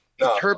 No